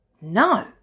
No